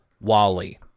Wally